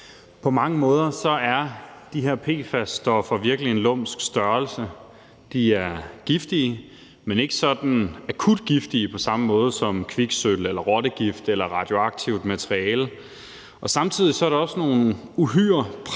På mange måder er de her PFAS-stoffer virkelig en lumsk størrelse. De er giftige, men ikke sådan akut giftige på samme måde som kviksølv, rottegift eller radioaktivt materiale. Samtidig er det også nogle uhyre praktiske